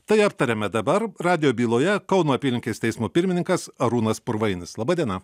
tai aptariame dabar radijo byloje kauno apylinkės teismo pirmininkas arūnas purvainis laba diena